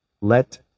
let